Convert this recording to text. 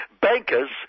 bankers